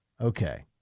Okay